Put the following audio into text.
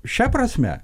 šia prasme